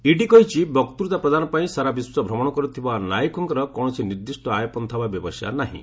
ED କହିଛି ବକ୍ତୁତା ପ୍ରଦାନ ପାଇଁ ସାରା ବିଶ୍ୱ ଭ୍ରମଣ କରୁଥିବା ନାୟକଙ୍କର କୌଣସି ନିର୍ଦ୍ଧିଷ୍ଟ ଆୟ ପନ୍ଥା ବା ବ୍ୟବସାୟ ନାହିଁ